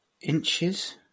inches